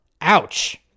Ouch